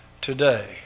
today